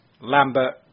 Lambert